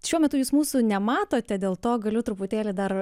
šiuo metu jūs mūsų nematote dėl to galiu truputėlį dar